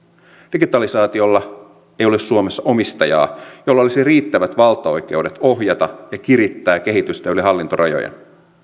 digitalisaatiolla ei ole suomessa omistajaa jolla olisi riittävät valtaoikeudet ohjata ja kirittää kehitystä yli hallintorajojen